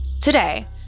Today